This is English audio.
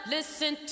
Listen